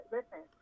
Listen